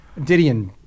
Didion